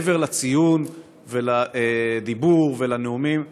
מעבר לציון ולדיבור ולנאומים,